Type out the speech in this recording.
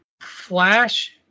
Flash